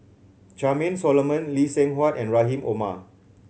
Charmaine Solomon Lee Seng Huat and Rahim Omar